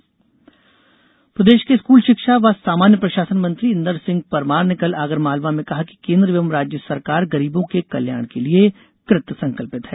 जनकल्याण कार्यक्रम प्रदेश के स्कूल शिक्षा व सामान्य प्रशासन मंत्री इन्दरसिंह परमार ने कल आगरमालवा में कहा कि केन्द्र एवं राज्य सरकार गरीबों के कल्याण के लिये कृत संकल्पित है